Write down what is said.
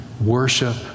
worship